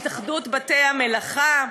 התאחדות בעלי-המלאכה.